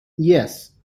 yes